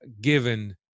given